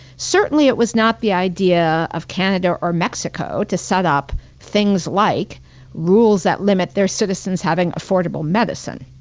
certainly, it was not the idea of canada or mexico to set up things like rules that limit their citizens having affordable medicine.